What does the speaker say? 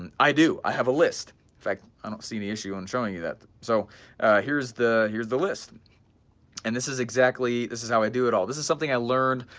and i do, i have a list, in fact i don't see any issue in showing you that so here's the, here's the list and and this is exactly, this is how i do it all, this is something i learned